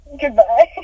goodbye